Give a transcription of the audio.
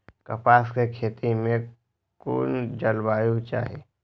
कपास के खेती में कुन जलवायु चाही?